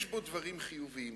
יש בו דברים חיוביים.